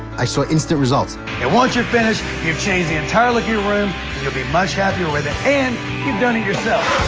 i saw instant results. and once you're finished you've changed the entire living room you'll be much happier with it and you've done it yourself.